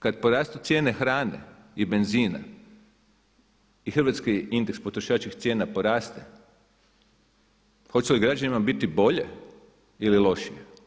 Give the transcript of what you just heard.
Kada porastu cijene hrane i benzina i hrvatski indeks potrošačkih cijena poraste, hoće li građanima biti bolje ili lošije?